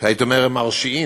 שהייתי אומר שהם מרשיעים.